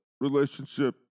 relationship